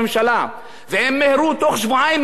בתוך שבועיים הביאו אותנו פעמיים לוועדה.